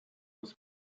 was